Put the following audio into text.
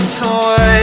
toy